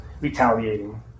retaliating